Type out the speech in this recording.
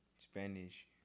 Spanish